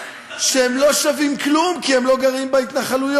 שהם לא שווים כלום כי הם לא גרים בהתנחלויות.